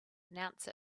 announce